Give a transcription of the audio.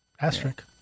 Asterisk